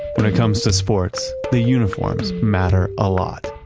when it come to sports, the uniforms matter a lot.